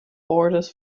borders